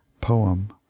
poem